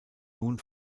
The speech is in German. nun